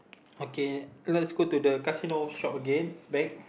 okay let's go to the casino shop again back